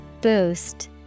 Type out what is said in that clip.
Boost